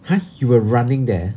!huh! you were running there